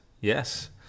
Yes